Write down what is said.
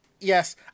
Yes